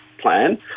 plan